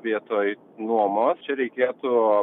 vietoj nuomos čia reikėtų